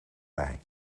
bij